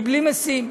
בלי משים,